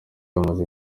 bamaze